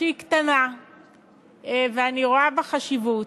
שהיא קטנה ואני רואה בה חשיבות.